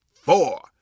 four